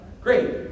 Great